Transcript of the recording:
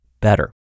better